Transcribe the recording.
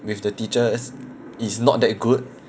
with the teachers is not that good